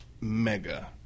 mega